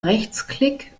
rechtsklick